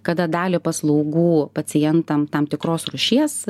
kada dalį paslaugų pacientam tam tikros rūšies